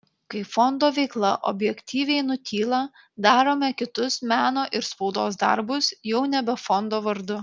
kai fondo veikla objektyviai nutyla darome kitus meno ir spaudos darbus jau nebe fondo vardu